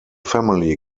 family